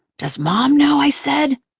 does mom know? i said.